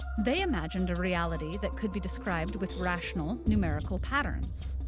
they imagined a reality that could be described with rational, numerical patterns.